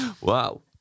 Wow